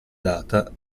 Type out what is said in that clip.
data